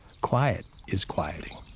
quiet is quieting